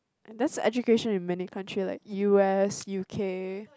and that's what education in many country like U_S U_K